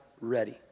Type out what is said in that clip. ready